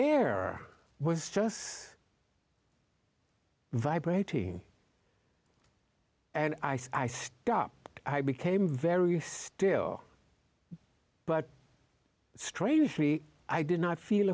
air was just vibrating and i so i stopped i became very still but strangely i did not feel